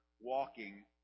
walking